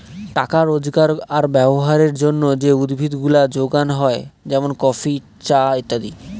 টাকা রোজগার আর ব্যবহারের জন্যে যে উদ্ভিদ গুলা যোগানো হয় যেমন কফি, চা ইত্যাদি